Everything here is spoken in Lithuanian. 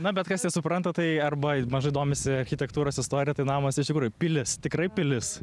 na bet kas nesupranta tai arba mažai domisi architektūros istorija tai namas iš tikrųjų pilis tikrai pilis